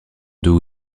deux